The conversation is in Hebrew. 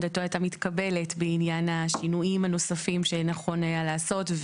עמדתו הייתה מתקבלת בעניין השינויים הנוספים שנכון היה לעשות,